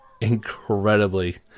incredibly